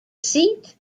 seat